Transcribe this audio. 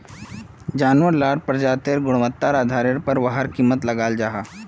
जानवार लार प्रजातिर गुन्वात्तार आधारेर पोर वहार कीमत लगाल जाहा